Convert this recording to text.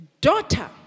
Daughter